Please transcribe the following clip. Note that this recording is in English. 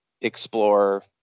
explore